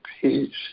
Peace